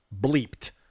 bleeped